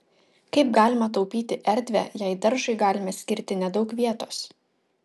kaip galima taupyti erdvę jei daržui galime skirti nedaug vietos